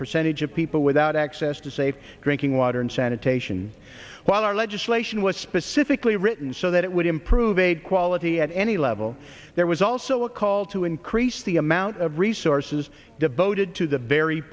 percentage of people without access to safe drinking water and sanitation while our legislation was specifically written so that it would improve aid quality at any level there was also a call to increase the amount of resources devoted to the very